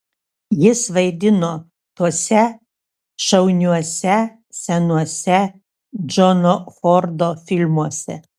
jis vaidino tuose šauniuose senuose džono fordo filmuose